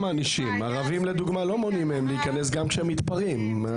מערבים לדוגמה לא מונעים להיכנס גם כשהם מתפרעים.